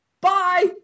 Bye